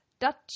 Dutch